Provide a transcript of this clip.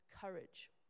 courage